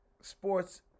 Sports